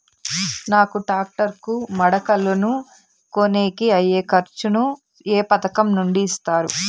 నాకు టాక్టర్ కు మడకలను కొనేకి అయ్యే ఖర్చు ను ఏ పథకం నుండి ఇస్తారు?